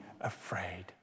afraid